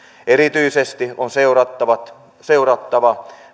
erityisesti on seurattava